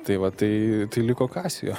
tai va tai tai liko kasijo